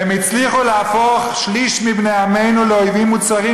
הם הצליחו להפוך שליש מבני עמנו לאויבים מוצהרים